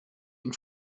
und